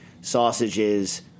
sausages –